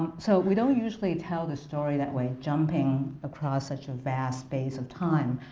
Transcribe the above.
so we don't usually tell the story that way, jumping across such a vast space of time,